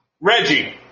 Reggie